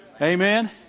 Amen